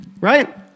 right